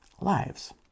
lives